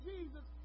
Jesus